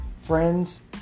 friends